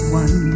one